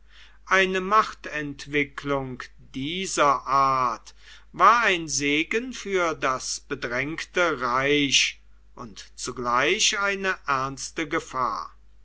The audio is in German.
eine machtentwicklung dieser art war ein segen für das bedrängte reich und zugleich eine ernste gefahr